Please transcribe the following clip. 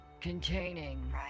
containing